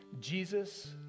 Jesus